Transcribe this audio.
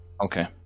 okay